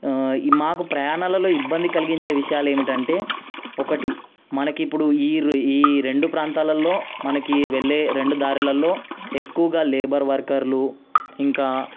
మాకు ప్రయాణాలలో ఇబ్బంది కలిగించే విషయాలు ఏమిటంటే ఒకటి మనకి ఇప్పుడు ఈ రెండు ప్రాంతాలలో మనకి వెళ్ళే రెండు దారులలో ఎక్కువగా లేబర్ వర్కర్లు ఇంకా